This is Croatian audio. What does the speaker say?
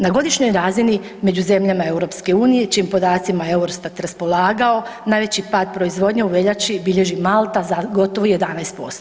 Na godišnjoj razini među zemljama EU-a čijim podacima je EUROSTAT raspolagao, najveći pad proizvodnje u veljači bilježi Malta za gotovo 11%